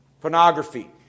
Pornography